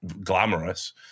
glamorous